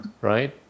Right